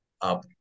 up